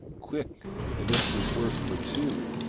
quick, and if tis work for two,